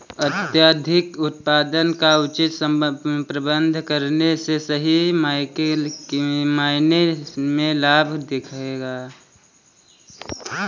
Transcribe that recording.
अत्यधिक उत्पादन का उचित प्रबंधन करने से सही मायने में लाभ दिखेगा